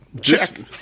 Check